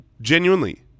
genuinely